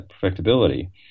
perfectibility